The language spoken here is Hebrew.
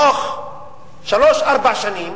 תוך שלוש-ארבע שנים